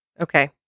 okay